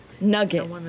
Nugget